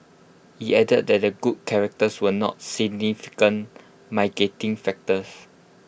he added that their good characters were not significant factors